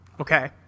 Okay